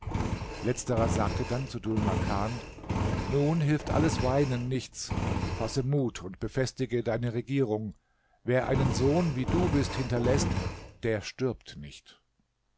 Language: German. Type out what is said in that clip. letzerer sagte dann zu dhul makan nun hilft alles weinen nichts fasse mut und befestige deine regierung wer einen sohn wie du bist hinterläßt der stirbt nicht